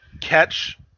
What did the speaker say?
Catch